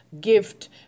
gift